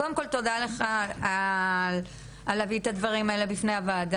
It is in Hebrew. קודם כל תודה רבה לך על הדברים האלה שהבאת פה בפני הוועדה.